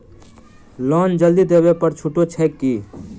Loan जल्दी देबै पर छुटो छैक की?